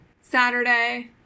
Saturday